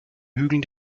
hügeln